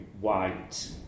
white